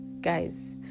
guys